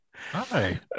Hi